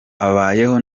abayeho